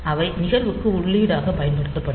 அவை நிகழ்வுக்கு உள்ளீடாகப் பயன்படுத்தப்படும்